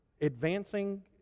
advancing